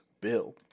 bill